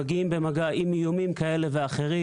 מגיעים במגע עם איומים כאלה ואחרים.